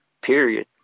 period